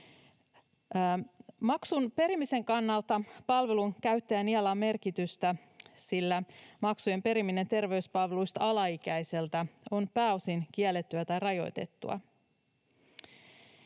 Maksun perimisen kannalta palvelun käyttäjän iällä on merkitystä, sillä maksujen periminen terveyspalveluista alaikäiseltä on pääosin kiellettyä tai rajoitettua.